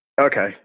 Okay